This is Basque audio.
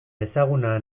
ezaguna